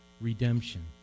redemption